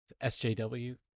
SJW